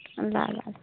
ल ल ल